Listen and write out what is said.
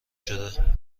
شده